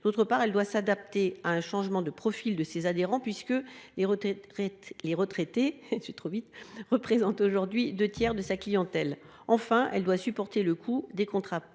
Ensuite, elle doit s’adapter à un changement de profil de ses adhérents, puisque les retraités représentent actuellement les deux tiers de sa clientèle. Enfin, elle doit supporter le coût des contrats